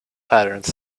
patterns